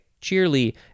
cheerly